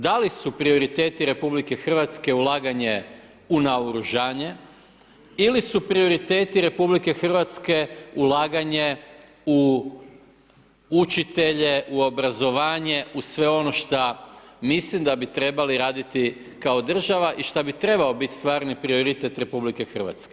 Da li su prioriteti RH ulaganje u naoružanje, ili su prioriteti RH ulaganja u učitelje, u obrazovanje, u sve ono šta mislim da bi trebali raditi kao država i šta bi trebao biti stvarni prioritet RH.